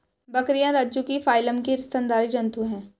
बकरियाँ रज्जुकी फाइलम की स्तनधारी जन्तु है